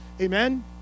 Amen